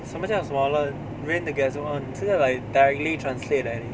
什么叫 smaller rain to get small 这个 like directly translate leh 你